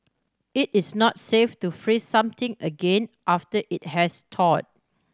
it is not safe to freeze something again after it has told